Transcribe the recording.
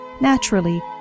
naturally